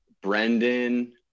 brendan